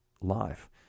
life